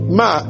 ma